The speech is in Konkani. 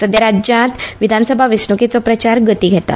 सध्या राज्यांत विधानसभा वेंचण्केचो प्रचार गती घेता